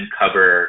cover